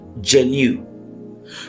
genuine